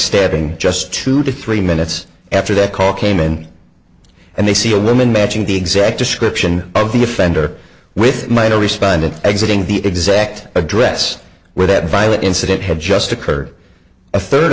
stabbing just two to three minutes after that call came in and they see a woman matching the exact description of the offender with minor responded exiting the exact address where that violent incident had just occurred a third